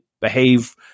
behave